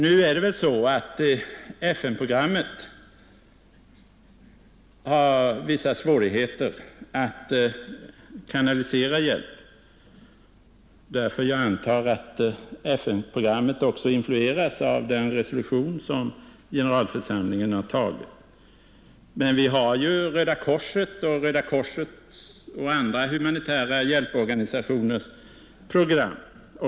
Nu är det väl så att FN-programmet har vissa svårigheter att kanalisera hjälpen. Jag antar att FN-programmet också influeras av den resolution som generalförsamlingen antagit. Men vi har ju Röda korsets och andra humanitära hjälporganisationers program.